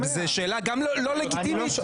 זו שאלה גם לא לגיטימית?